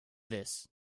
this